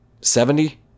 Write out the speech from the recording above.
Seventy